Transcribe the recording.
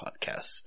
podcast